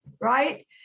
right